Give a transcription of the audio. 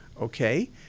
okay